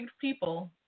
people